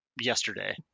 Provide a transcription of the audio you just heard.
yesterday